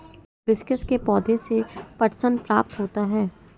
hibiscus के पौधे से पटसन प्राप्त होता है